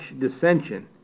dissension